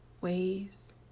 ways